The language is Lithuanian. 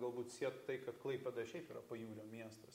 galbūt sieja tai kad klaipėda šiaip yra pajūrio miestas